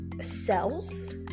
cells